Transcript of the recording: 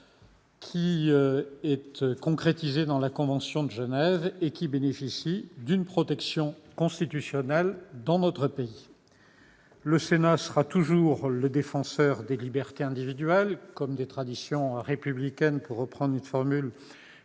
qui est concrétisée dans la convention de Genève et qui bénéficie d'une protection constitutionnelle dans notre pays. Le Sénat sera toujours le défenseur des libertés individuelles, comme des traditions républicaines, pour reprendre une formule